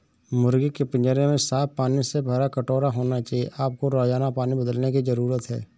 मुर्गी के पिंजरे में साफ पानी से भरा कटोरा होना चाहिए आपको रोजाना पानी बदलने की जरूरत है